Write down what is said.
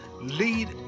Lead